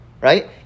right